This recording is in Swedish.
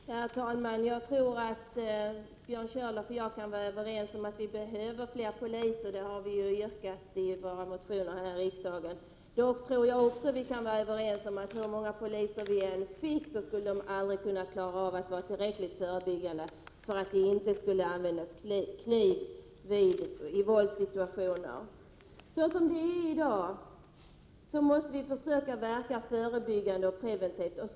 Herr talman! Jag tror att Björn Körlof och jag är överens om att vi behöver fler poliser — det har vi ju yrkat i motioner här i riksdagen. Men jag tror också att vi kan vara överens om att hur många poliser vi än får är det inte en tillräcklig förebyggande åtgärd som kan resultera i att det inte används kniv i våldssituationer. Såsom det är i dag måste vi försöka verka förebyggande och preventivt.